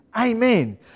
Amen